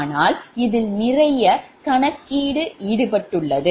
ஆனால் இதில் நிறைய கணக்கீடு ஈடுபட்டுள்ளது